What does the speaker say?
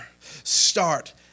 start